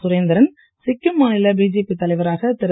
சுரேந்திரன் சிக்கிம் மாநில பிஜேபி தலைவராக திரு